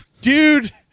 dude